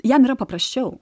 jam yra paprasčiau